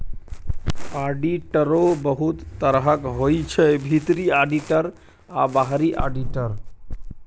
आडिटरो बहुत तरहक होइ छै भीतरी आडिटर आ बाहरी आडिटर